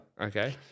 Okay